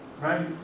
right